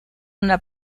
una